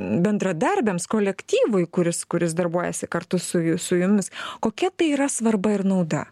bendradarbiams kolektyvui kuris kuris darbuojasi kartu su ju su jumis kokia tai yra svarba ir nauda